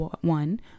one